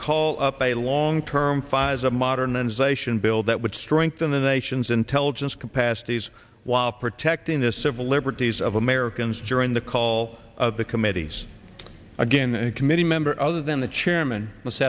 call up a long term fides of modernization bill that would strengthen the nation's intelligence capacities while protecting the civil liberties of americans during the call of the committees again committee member other than the chairman